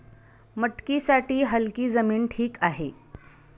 मटकीसाठी हलकी जमीन ठीक आहे